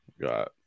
got